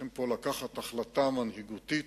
צריכים פה לקחת החלטה מנהיגותית.